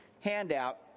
handout